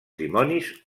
dimonis